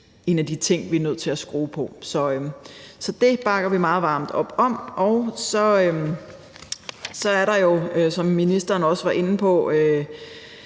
en af de ting, vi er nødt til at skrue på, så det bakker vi meget varmt op om. Så er der jo, som ministeren også var inde på,